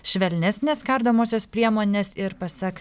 švelnesnės kardomosios priemonės ir pasak